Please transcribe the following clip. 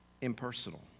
impersonal